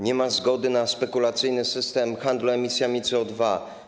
Nie ma zgody na spekulacyjny system handlu emisjami CO2.